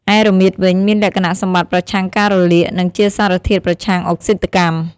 ឯរមៀតវិញ មានលក្ខណៈសម្បត្តិប្រឆាំងការរលាក និងជាសារធាតុប្រឆាំងអុកស៊ីតកម្ម។